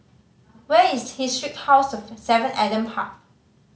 where is Historic House of Seven Adam Park